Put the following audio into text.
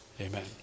Amen